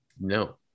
No